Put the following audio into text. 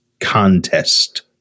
contest